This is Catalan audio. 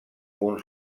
uns